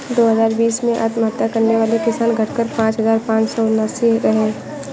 दो हजार बीस में आत्महत्या करने वाले किसान, घटकर पांच हजार पांच सौ उनासी रहे